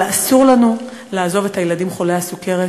אבל אסור לנו לעזוב את הילדים חולי הסוכרת,